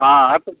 हाँ हाँ तो